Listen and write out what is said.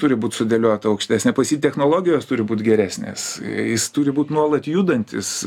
turi būt sudėliota aukštesnė pas jį technologijos turi būt geresnės jis turi būt nuolat judantis